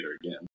again